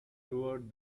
toward